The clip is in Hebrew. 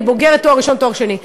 אני בוגרת, תואר ראשון ותואר שני.